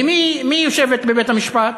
למי, מי יושבת בבית-המשפט?